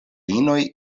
inoj